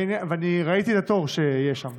אני ראיתי את התור שיש שם,